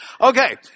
Okay